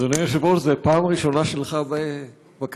אדוני היושב-ראש, זו פעם ראשונה שלך בכהונתך.